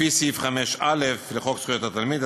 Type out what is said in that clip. לפי סעיף 5(א) לחוק זכויות התלמיד,